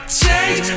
change